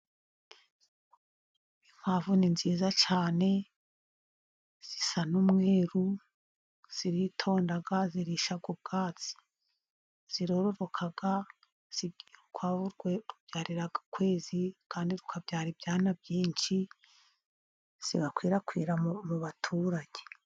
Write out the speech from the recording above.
Inkwavu ni nziza cyane zisa n'umweru ziritonda, zirisha ubwatsi, zirororoka, urukwavu rubyarira ukwezi kumwe kandi rukabyara ibyana byinshi, zigakwirakwira mu baturage.